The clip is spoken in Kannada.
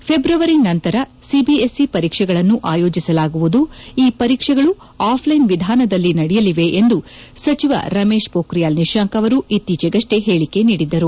ಫೆಬ್ರವರಿ ನಂತರ ಸಿಬಿಎಸ್ಇ ಪರೀಕ್ಷೆಗಳನ್ನು ಆಯೋಜಿಸಲಾಗುವುದು ಈ ಪರೀಕ್ಷೆಗಳು ಆಫ್ಲ್ವೆನ್ ವಿಧಾನದಲ್ಲಿ ನಡೆಯಲಿವೆ ಎಂದು ಸಚಿವ ರಮೇಶ್ ಪೋಖ್ರಿಯಾಲ್ ನಿಶಾಂಕ್ ಅವರು ಇತ್ತೀಚೆಗಷ್ಟೇ ಹೇಳಿಕೆ ನೀದಿದ್ದರು